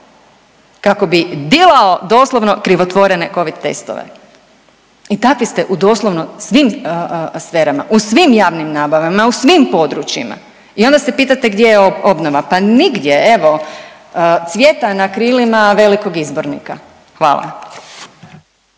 kako bi dilao doslovno krivotvorene Covid testove. I takvi ste u doslovno u svim sferama, u svim javnim nabavama, u svim područjima i onda s pitate gdje je obnova, pa nigdje evo cvjeta na krilima velikog izbornika. Hvala.